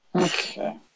Okay